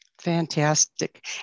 Fantastic